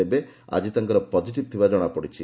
ତେବେ ଆଜି ତାଙ୍କର ପଜିଟିଭ୍ ଥିବା ଜଶାପଡ଼ିଛି